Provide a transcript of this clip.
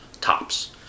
tops